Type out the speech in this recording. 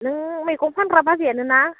नों मैगं फानग्रा बाजैआनो ना